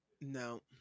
No